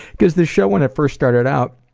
cause the show when it first started out,